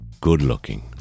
good-looking